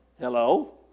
Hello